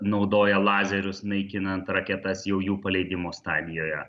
naudoja lazerius naikinant raketas jau jų paleidimo stadijoje